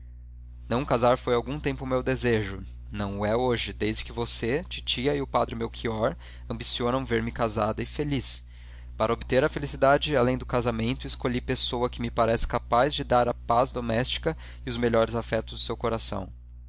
não casar foi algum tempo o meu desejo não o é hoje desde que você titia e o padre melchior ambicionam verme casada e feliz para obter a felicidade além do casamento escolhi pessoa que me parece capaz de dar a paz doméstica e os melhores afetos de seu coração